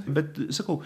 bet sakau